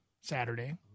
Saturday